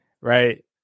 Right